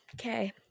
Okay